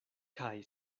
kaj